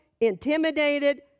intimidated